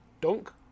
Dunk